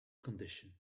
condition